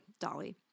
Dolly